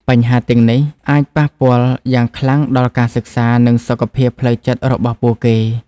បញ្ហាទាំងនេះអាចប៉ះពាល់យ៉ាងខ្លាំងដល់ការសិក្សា និងសុខភាពផ្លូវចិត្តរបស់ពួកគេ។